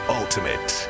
ultimate